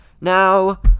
Now